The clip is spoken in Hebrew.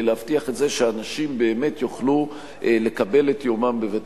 להבטיח שאנשים באמת יוכלו לקבל את יומם בבית-המשפט.